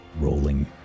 rolling